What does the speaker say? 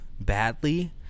badly